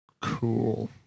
Cool